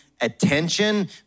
attention